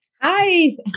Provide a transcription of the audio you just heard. Hi